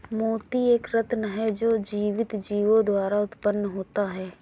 मोती एक रत्न है जो जीवित जीवों द्वारा उत्पन्न होता है